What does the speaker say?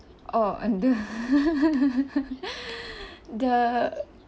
oh under the